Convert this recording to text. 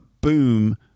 boom